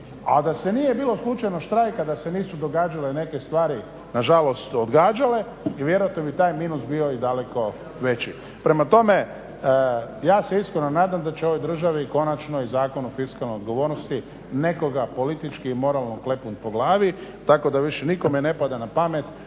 A da se nije bilo slučajno štrajka, da se nisu događale neke stvari nažalost odgađale i vjerojatno bi taj minus bio i daleko veći. Prema tome, ja se iskreno nadam da će ovoj državi konačno i Zakon o fiskalnoj odgovornosti nekoga politički i moralno klepnut po glavi tako da više nikome ne pada na pamet